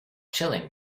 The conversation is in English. chilling